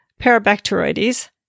parabacteroides